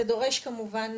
זה דורש כמובן